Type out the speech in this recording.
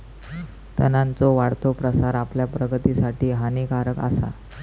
तणांचो वाढतो प्रसार आपल्या प्रगतीसाठी हानिकारक आसा